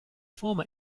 former